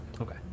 Okay